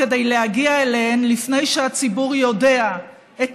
כדי להגיע אליהן לפני שהציבור יודע את